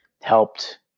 helped